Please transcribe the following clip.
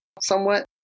somewhat